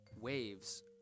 waves